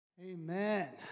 Amen